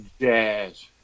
jazz